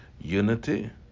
Unity